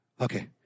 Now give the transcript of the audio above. Okay